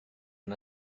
han